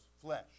flesh